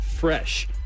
Fresh